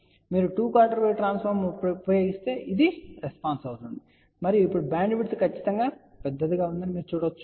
కాబట్టి మీరు two quarter wave ట్రాన్స్ఫార్మర్ను ఉపయోగిస్తే ఇది రెస్పాన్స్ అవుతుంది మరియు ఇప్పుడు బ్యాండ్విడ్త్ ఖచ్చితంగా పెద్దదిగా ఉందని మీరు చూడవచ్చు